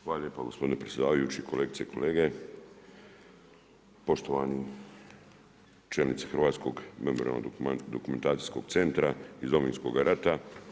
Hvala lijepo gospodine predsjedavajući, kolegice i kolege, poštovanog čelnici Hrvatskog memorijalno-dokumentacijskog centra iz Domovinskoga rata.